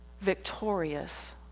victorious